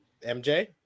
MJ